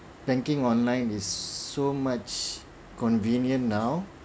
banking online is so much convenient now